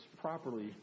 properly